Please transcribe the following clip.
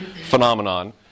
phenomenon